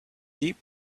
deep